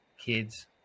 kids